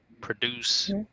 produce